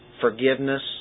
forgiveness